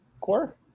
core